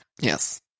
Yes